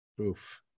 Oof